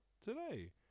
today